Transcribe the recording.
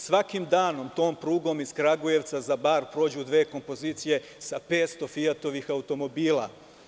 Svakim danom tom prugom iz Kragujevca za Bar prođu dve kompozicije sa 500 fijatovih automobila.